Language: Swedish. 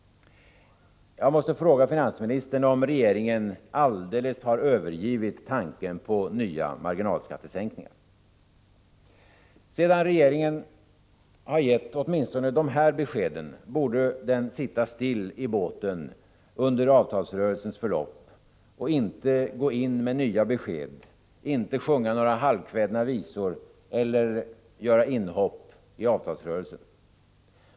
Jag måste fråga finansministern om regeringen alldeles har övergivit tanken på nya marginalskattesänkningar. Sedan regeringen har gett åtminstone de här beskeden, borde den sitta still i båten under avtalsrörelsens förlopp, inte gå in med nya besked, inte sjunga några halvkvädna visor eller göra några inhopp i avtalsrörelsen.